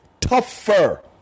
tougher